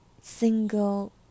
single